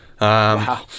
Wow